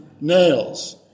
Nails